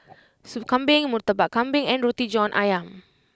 Sop Kambing Murtabak Kambing and Roti John Ayam